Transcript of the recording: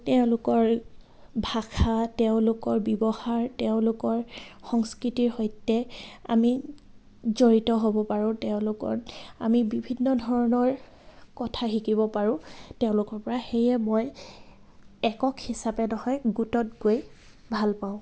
তেওঁলোকৰ ভাষা তেওঁলোকৰ ব্যৱহাৰ তেওঁলোকৰ সংস্কৃতিৰ সৈতে আমি জড়িত হ'ব পাৰোঁ তেওঁলোকৰ আমি বিভিন্ন ধৰণৰ কথা শিকিব পাৰোঁ তেওঁলোকৰ পৰা সেয়ে মই একক হিচাপে নহয় গোটত গৈ ভাল পাওঁ